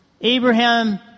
Abraham